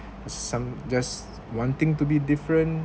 some just wanting to be different